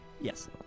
Yes